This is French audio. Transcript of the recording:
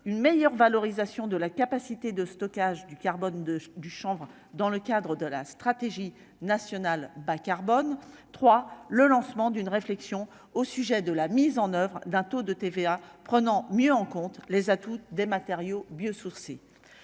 une meilleure valorisation de la capacité de stockage du carbone de du chanvre dans le cadre de la stratégie nationale bas-carbone 3 le lancement d'une réflexion au sujet de la mise en oeuvre d'un taux de TVA prenant mieux en compte les atouts des matériaux biosourcés